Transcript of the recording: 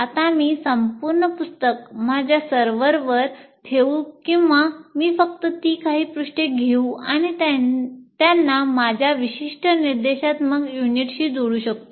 आता मी संपूर्ण पुस्तक माझ्या सर्व्हरवर ठेवू किंवा मी फक्त ती काही पृष्ठे घेऊ आणि त्याना माझ्या विशिष्ट निर्देशात्मक युनिटशी जोडू शकतो